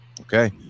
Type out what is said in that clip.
okay